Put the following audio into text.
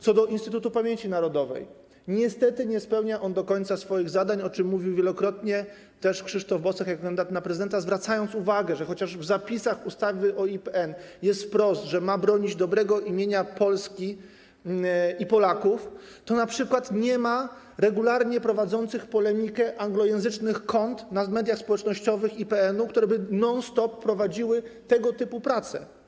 Co do Instytutu Pamięci Narodowej - niestety nie spełnia on do końca swoich zadań, o czym mówił wielokrotnie też Krzysztof Bosak jako kandydat na prezydenta, zwracając uwagę, że chociaż w zapisach ustawy o IPN jest wprost określone, że ma on bronić dobrego imienia Polski i Polaków, to np. nie ma regularnie prowadzących polemikę anglojęzycznych kont w mediach społecznościowych IPN-u, które by non stop prowadziły tego typu prace.